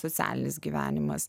socialinis gyvenimas